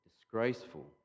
disgraceful